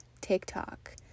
TikTok